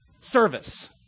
Service